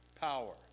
power